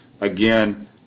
again